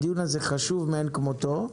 הדיון הזה חשוב מאין כמותו.